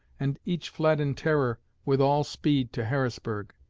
and each fled in terror with all speed to harrisburg.